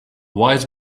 wise